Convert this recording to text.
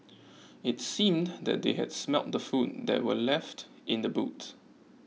it seemed that they had smelt the food that were left in the boot